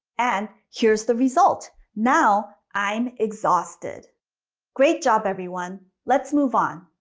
and here is the result. now, i'm exhausted great job, everyone. let's move on.